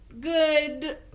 good